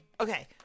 Okay